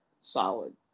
solid